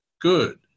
Good